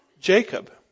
Jacob